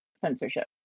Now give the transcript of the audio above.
censorship